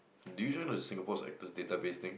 did you join the Singapore's actors database thing